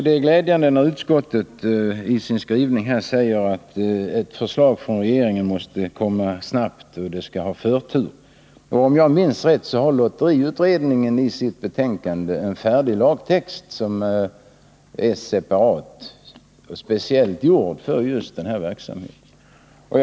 Det är glädjande att utskottet i sin skrivning säger att ett förslag från regeringen måste läggas fram snabbt och att frågan bör få förtur. Jag vill peka på att lotteriutredningen, om jag minns rätt, i sitt betänkande har en färdig lagtext speciellt för den här verksamheten.